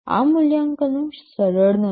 આ મૂલ્યાંકનો સરળ નથી